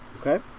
okay